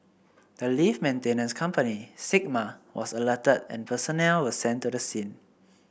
the lift maintenance company Sigma was alerted and personnel were sent to the scene